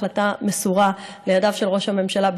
ההחלטה מסורה בידיו של ראש הממשלה,